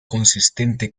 consistente